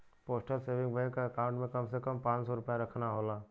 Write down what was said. postal saving bank क account में कम से कम पांच सौ रूपया रखना होला